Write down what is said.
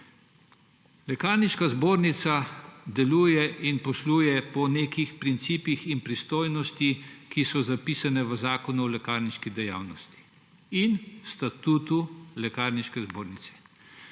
Lekarniška zbornica deluje in posluje po nekih principih in pristojnostih, ki so zapisani v Zakonu o lekarniški dejavnosti in Statutu Lekarniške zbornice.